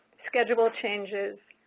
schedule changes,